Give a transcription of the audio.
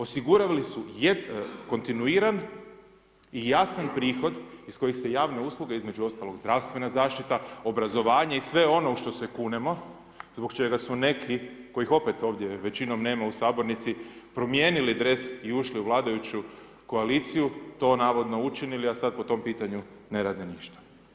Osigurali su kontinuiran i jasan prihod iz kojih se javne usluge između ostalog zdravstvena zaštita, obrazovanje i sve ono u što se u kunemo, zbog čega su neki kojih opet ovdje, većinom nema u sabornici, promijenili dres i ušli u vladajuću koaliciju, to navodno učinili a sad po tom pitanju ne rade ništa.